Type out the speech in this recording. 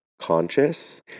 conscious